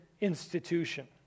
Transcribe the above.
institution